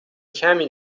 کمی